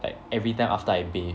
like everytime after I bath